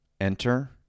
Enter